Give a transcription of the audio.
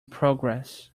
progress